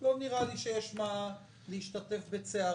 לא נראה שיש מה להשתתף בצערם...